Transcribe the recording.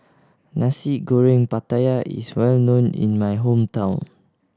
Nasi Goreng Pattaya is well known in my hometown